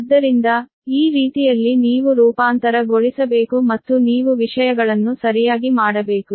ಆದ್ದರಿಂದ ಈ ರೀತಿಯಲ್ಲಿ ನೀವು ರೂಪಾಂತರ ಗೊಳಿಸಬೇಕು ಮತ್ತು ನೀವು ವಿಷಯಗಳನ್ನು ಸರಿಯಾಗಿ ಮಾಡಬೇಕು